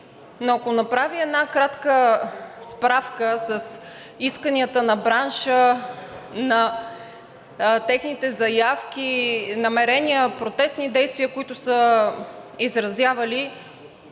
Но ако направи една кратка справка с исканията на бранша, на техните заявки, намерения, протестни действия, които са изразявали,